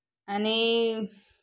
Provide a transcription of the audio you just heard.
आणि